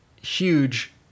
huge